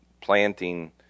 planting